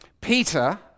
Peter